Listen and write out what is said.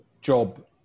job